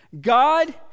God